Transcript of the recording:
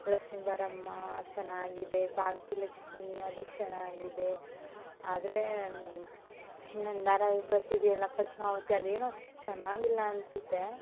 ಲಕ್ಷ್ಮಿ ಬಾರಮ್ಮ ಚೆನ್ನಾಗಿದೆ ಭಾಗ್ಯಲಕ್ಷ್ಮಿ ಅದು ಚೆನ್ನಾಗಿದೆ ಆದರೆ ಇನ್ನೊಂದು ಧಾರಾವಾಹಿ ಬರ್ತಿದೆ ಅಲ್ಲ ಪದ್ಮಾವತಿ ಅದೇನೋ ಅಷ್ಟು ಚೆನ್ನಾಗಿಲ್ಲ ಅನಿಸುತ್ತೆ